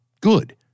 good